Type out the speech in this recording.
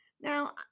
Now